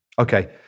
Okay